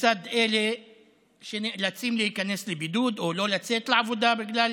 לצד אלה שנאלצים להיכנס לבידוד או לא לצאת לעבודה בגלל